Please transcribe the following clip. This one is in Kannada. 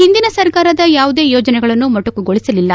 ಹಿಂದಿನ ಸರ್ಕಾರದ ಯಾವುದೇ ಯೋಜನೆಗಳನ್ನು ಮೊಟಕುಗೊಳಿಸಲಿಲ್ಲ